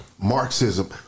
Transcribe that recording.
Marxism